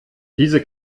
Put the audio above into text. diese